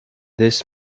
this